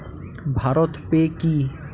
Bharat pay কি?